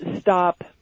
stop